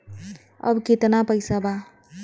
अब कितना पैसा बा?